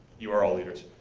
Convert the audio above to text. you are um leaders.